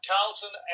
Carlton